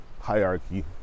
hierarchy